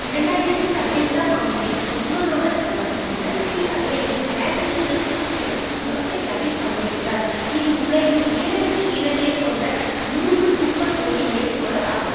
இரண்டாயிரத்து பதினைந்தாம் ஆண்டில் விஸ்வநாதன் ஆனந்த் இரண்டாயிரத்து பதினைந்து கிராண்ட் செஸ் சுற்றுப்பயணத்தின் தொடக்க விழாவில் பங்கேற்றார் இது உலகின் உயரடுக்கு வீரர்களைக் கொண்ட மூன்று சூப்பர் போட்டிகளின் தொடராகும்